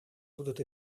будут